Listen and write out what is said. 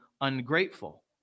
ungrateful